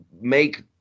make